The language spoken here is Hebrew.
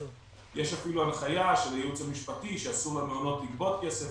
יש אפילו הנחיה של הייעוץ המשפטי שאסור למעונות לגבות כסף,